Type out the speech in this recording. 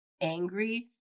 angry